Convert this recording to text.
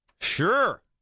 Sure